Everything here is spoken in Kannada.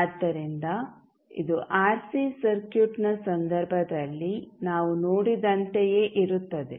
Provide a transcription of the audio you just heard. ಆದ್ದರಿಂದ ಇದು ಆರ್ಸಿ ಸರ್ಕ್ಯೂಟ್ನ ಸಂದರ್ಭದಲ್ಲಿ ನಾವು ನೋಡಿದಂತೆಯೇ ಇರುತ್ತದೆ